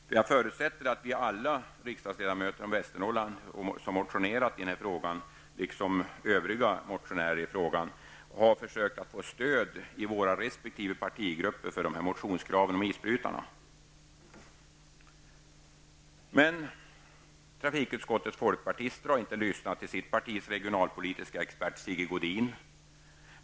För jag förutsätter att alla vi alla riksdagsledamöter från Västernorrland som har motionerat i frågan, liksom övriga motionärer har försökt få stöd i våra resp. Trafikutskottets folkpartister har inte lyssnat till sitt partis regionalpolitiske expert Sigge Godin.